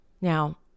Now